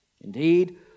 Indeed